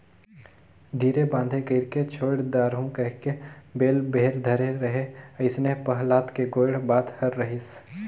धीरे बांधे कइरके छोएड दारहूँ कहिके बेल भेर धरे रहें अइसने पहलाद के गोएड बात हर रहिस